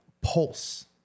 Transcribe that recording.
pulse